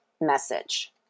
message